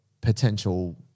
potential